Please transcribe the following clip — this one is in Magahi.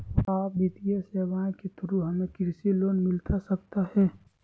आ वित्तीय सेवाएं के थ्रू हमें कृषि लोन मिलता सकता है?